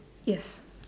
yes